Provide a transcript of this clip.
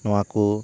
ᱱᱚᱣᱟ ᱠᱚ